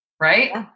Right